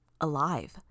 alive